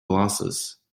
glasses